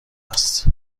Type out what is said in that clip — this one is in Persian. است